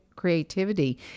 creativity